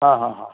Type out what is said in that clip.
हां हां हां हां